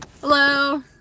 hello